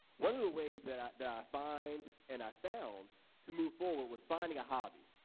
one of the ways that i find and i've found to move forward was finding a hobby.